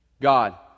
God